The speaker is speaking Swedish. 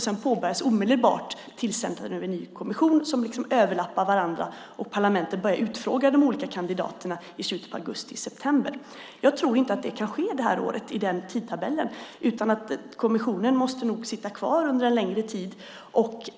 Sedan påbörjas omedelbart tillsättandet av en ny kommission - de överlappar varandra - och parlamentet börjar utfråga de olika kandidaterna i slutet av augusti och i början av september. Jag tror inte att detta kan ske enligt den tidtabellen i år. Kommissionen måste nog sitta kvar under en längre tid.